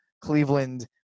Cleveland